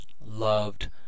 loved